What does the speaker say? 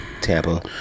Tampa